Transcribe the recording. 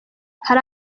hari